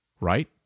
Right